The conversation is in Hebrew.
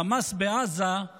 חמאס בעזה הוא